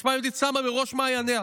עוצמה יהודית שמה בראש מעייניה